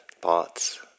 thoughts